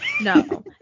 no